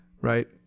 right